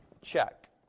check